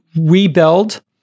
rebuild